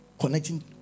connecting